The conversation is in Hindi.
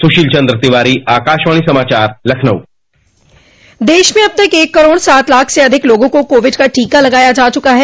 सुशील चंद्र तिवारी आकाशवाणी समाचार लखनऊ देश में अब तक एक करोड सात लाख से अधिक लोगों को कोविड का टीका लगाया जा चुका है